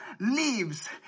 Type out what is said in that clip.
leaves